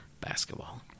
basketball